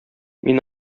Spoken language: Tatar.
мин